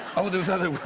oh, there's other